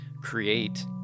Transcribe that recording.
create